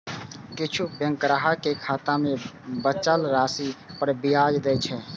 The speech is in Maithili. किछु बैंक ग्राहक कें खाता मे बचल राशि पर ब्याज दै छै